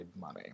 money